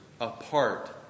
apart